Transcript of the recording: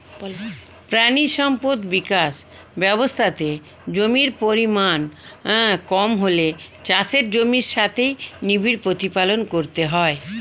প্রাণী সম্পদ বিকাশ ব্যবস্থাতে জমির পরিমাণ কম হলে চাষের জমির সাথেই নিবিড় প্রতিপালন করতে হয়